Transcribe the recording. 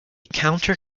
counter